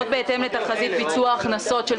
הפנייה התקציבית נועדה להעביר סך של